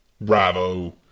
Bravo